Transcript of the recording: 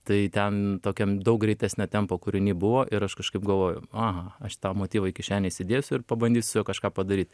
tai ten tokiam daug greitesnio tempo kūriny buvo ir aš kažkaip galvoju aha aš tą motyvą į kišenę įsėdėsiu ir pabandysiu su juo kažką padaryt